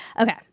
Okay